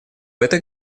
это